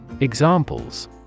Examples